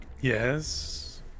Yes